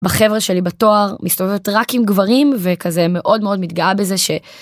בחברה שלי בתואר מסתובבת רק עם גברים וכזה מאוד מאוד מתגאה בזה ש.